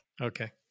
Okay